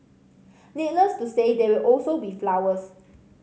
needless to say there will also be flowers